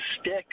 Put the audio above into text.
stick